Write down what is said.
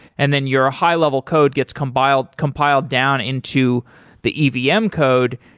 and then your ah high-level code gets compiled compiled down into the the evm code,